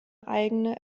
eigene